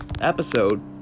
episode